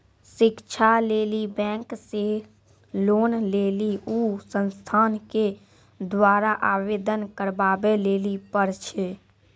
शिक्षा लेली बैंक से लोन लेली उ संस्थान के द्वारा आवेदन करबाबै लेली पर छै?